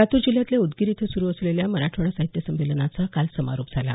लातूर जिल्ह्यातल्या उदगीर इथं सुरू असलेल्या मराठवाडा साहित्य संमेलनाचा काल समारोप झाला